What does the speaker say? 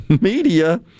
media